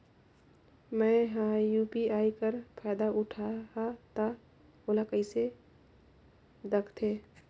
मैं ह यू.पी.आई कर फायदा उठाहा ता ओला कइसे दखथे?